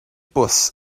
bws